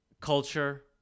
culture